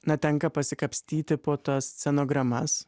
na tenka pasikapstyti po tas cenogramas